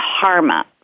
karma